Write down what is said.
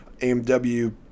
AMW